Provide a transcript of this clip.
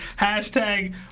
Hashtag